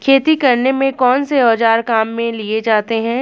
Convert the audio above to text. खेती करने में कौनसे औज़ार काम में लिए जाते हैं?